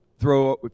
throw